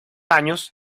años